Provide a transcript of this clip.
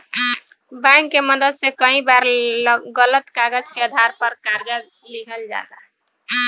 bank के मदद से कई बार गलत कागज के आधार पर कर्जा लिहल जाला